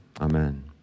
amen